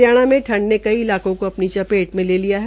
हरियाणा में ठंड ने कई इलाकों को अपनी चपेट में ले लिया है